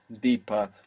deeper